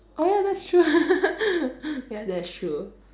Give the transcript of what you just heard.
oh that's true ya that is true